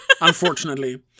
Unfortunately